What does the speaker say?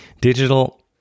digital